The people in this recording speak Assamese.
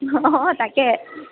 অ' তাকে